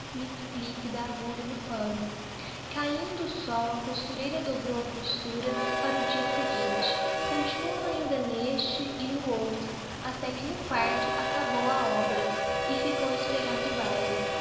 plic plic plic plic da agulha no panno cahindo o sol a costureira dobrou a costura para o dia seguinte continuou ainda nesse e no outro até que no quarto acabou a obra e ficou esperando o baile